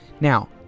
Now